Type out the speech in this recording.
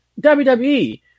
wwe